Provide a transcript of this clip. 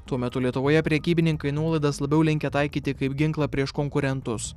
tuo metu lietuvoje prekybininkai nuolaidas labiau linkę taikyti kaip ginklą prieš konkurentus